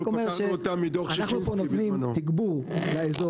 אני רק אומר שאנחנו פה נותנים תגבור לאזור